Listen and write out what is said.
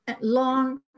long